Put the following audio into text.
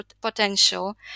potential